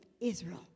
Israel